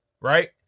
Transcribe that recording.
right